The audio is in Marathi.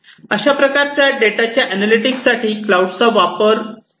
अशा प्रकारच्या डेटाच्या अनॅलिटिक्स साठी क्लाऊडचा वापर केला जाऊ शकतो